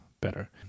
better